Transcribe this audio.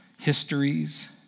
histories